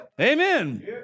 Amen